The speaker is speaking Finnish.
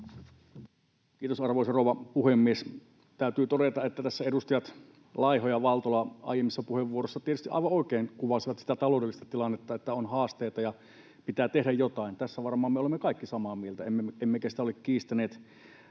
Kiitos, arvoisa rouva puhemies! Täytyy todeta, että tässä edustajat Laiho ja Valtola aiemmissa puheenvuoroissa, tietysti aivan oikein, kuvasivat sitä taloudellista tilannetta, että on haasteita ja pitää tehdä jotain. Tästä varmaan me olemme kaikki samaa mieltä, emmekä sitä ole kiistäneet.